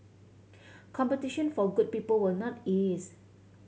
competition for good people will not ease